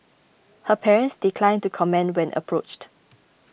her parents declined to comment when approached